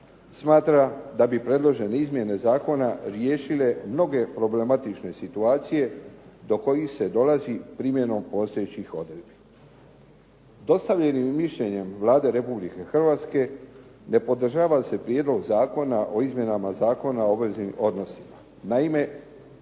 Smatra da bi predložene izmjene zakona riješile mnoge problematične situacije do kojih se dolazi primjenom postojećih odredbi. Dostavljenim mišljenjem Vlade Republike Hrvatske ne podržava se Prijedlog zakona o izmjenama Zakona o obveznim odnosima. Naime,